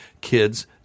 Kids